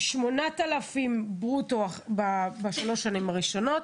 8,000 ברוטו בשלוש שנים הראשונות,